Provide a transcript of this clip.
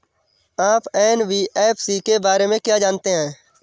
आप एन.बी.एफ.सी के बारे में क्या जानते हैं?